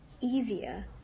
easier